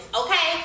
okay